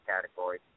category